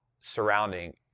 surrounding